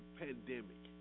pandemic